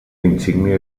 insígnia